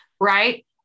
Right